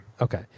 Okay